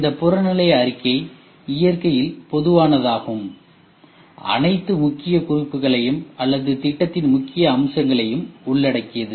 இந்த புறநிலை அறிக்கை இயற்கையில் பொதுவானதாகவும் அனைத்து முக்கிய குறிப்புகளையும் அல்லது திட்டத்தின் முக்கிய அம்சங்களையும் உள்ளடக்கியது